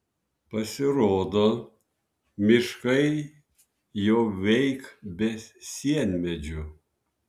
pasirodo miškai jau veik be sienmedžių